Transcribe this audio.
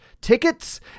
tickets